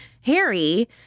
Harry